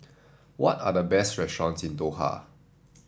what are the best restaurants in Doha